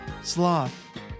Sloth